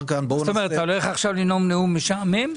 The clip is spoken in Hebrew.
אתה הולך עכשיו לנאום נאום משעמם?